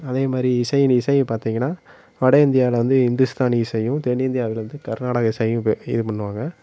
அதேமாதிரி இசை இசைன்னு பார்த்தீங்கன்னா வட இந்தியாவில் வந்து ஹிந்துஸ்தானி இசையும் தென் இந்தியாவில வந்து கர்நாடகா இசையும் இது பண்ணுவாங்க